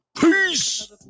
Peace